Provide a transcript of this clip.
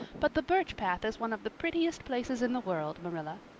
but the birch path is one of the prettiest places in the world, marilla.